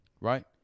right